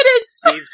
Steve